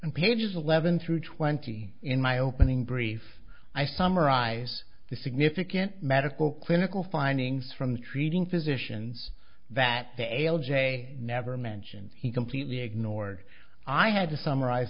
and pages eleven through twenty in my opening brief i summarize the significant medical clinical findings from treating physicians that fail jay never mention he completely ignored i had to summarize